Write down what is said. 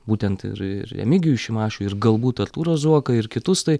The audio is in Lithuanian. būtent ir ir remigijų šimašių ir galbūt artūrą zuoką ir kitus tai